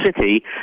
city